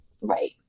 Right